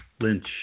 Lynch